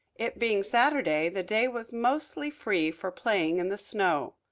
it being saturday the day was mostly free for playing in the snow.